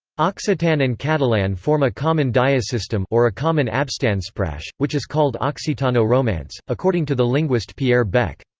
occitan and catalan form a common diasystem or a common abstandsprache, which is called occitano-romance, according to the linguist pierre bec.